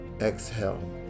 Exhale